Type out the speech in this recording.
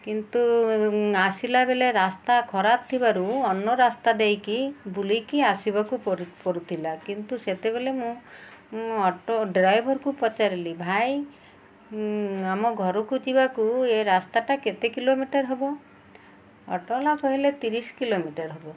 କିନ୍ତୁ ଆସିଲା ବେଳେ ରାସ୍ତା ଖରାପ ଥିବାରୁ ଅନ୍ୟ ରାସ୍ତା ଦେଇକି ବୁଲିକି ଆସିବାକୁ ପଡ଼ୁଥିଲା କିନ୍ତୁ ସେତେବେଳେ ମୁଁଁ ଅଟୋ ଡ୍ରାଇଭରକୁ ପଚାରିଲି ଭାଇ ଆମ ଘରକୁ ଯିବାକୁ ଏ ରାସ୍ତାଟା କେତେ କିଲୋମିଟର ହବ ଅଟୋବାଲା କହିଲେ ତିରିଶ କିଲୋମିଟର ହବ